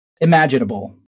imaginable